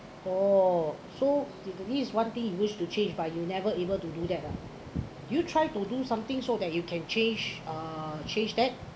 oh so degree is one thing you wish to change but you never able to do ah do you try to do something so that you can change uh change that